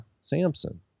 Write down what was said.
Samson